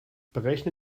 berechne